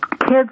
kids